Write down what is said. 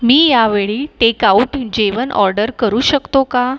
मी यावेळी take out जेवण order करू शकतो का